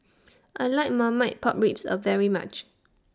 I like Marmite Pork Ribs A very much